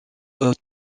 hot